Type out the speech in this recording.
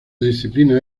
disciplina